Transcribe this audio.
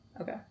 okay